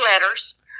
letters